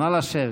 נא לשבת.